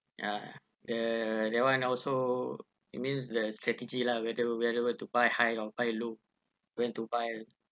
ya the that one also it means the strategy lah whether whether to buy high or buy low when to buy